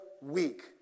week